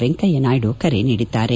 ವೆಂಕಯ್ಲನಾಯ್ಡು ಕರೆ ನೀಡಿದ್ದಾರೆ